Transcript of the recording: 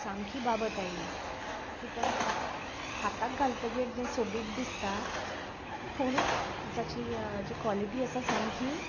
सामकी बाबत आयली कित्याक हाताक घालतगीर जे सोबीत दिसता पूण जाची जी कॉलिटी आसा सामकी